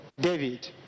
David